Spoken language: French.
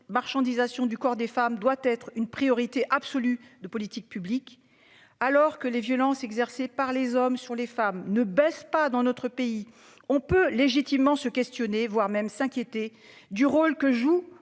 marchandisation du corps des femmes doit être une priorité absolue de politique publique. Alors que les violences exercées par les hommes sur les femmes ne baisse pas dans notre pays, on peut légitimement se questionner, voire même s'inquiéter du rôle que joue